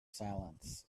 silence